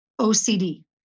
OCD